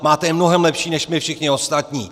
Máte je mnohem lepší než my všichni ostatní.